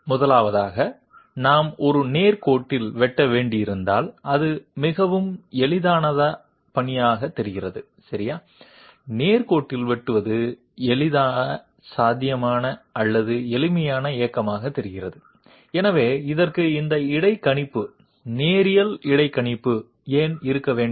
முதலாவதாக நாம் ஒரு நேர் கோட்டில் வெட்ட வேண்டியிருந்தால் அது மிகவும் எளிதான பணியாகத் தெரிகிறது சரி நேர் கோட்டில் வெட்டுவது எளிதான சாத்தியமான அல்லது எளிமையான இயக்கமாகத் தெரிகிறது எனவே இதற்கு இந்த இடைக்கணிப்பு நேரியல் இடைக்கணிப்பு ஏன் இருக்க வேண்டும்